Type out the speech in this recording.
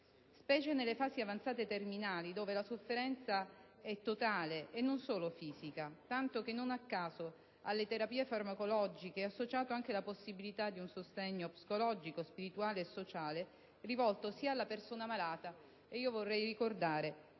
specie nelle fasi avanzate-terminali, dove la sofferenza è totale e non solo fisica. Tanto che, non a caso, alle terapie farmacologiche è associata la possibilità di un sostegno psicologico, spirituale e sociale rivolto sia alla persona malata che, cosa